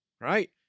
Right